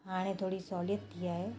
हाणे थोरी सहूलियत थी आहे